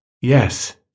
Yes